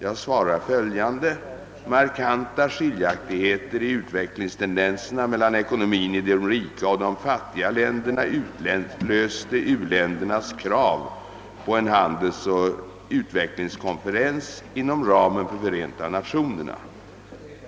Jag vill svara följande. Markanta skiljaktigheter i utvecklingstendenserna mellan ekonomin i de rika och de fattiga länderna utlöste u-ländernas krav på en handelsoch utvecklingskonferens inom ramen för Förenta Nationerna.